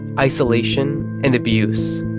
isolation and abuse.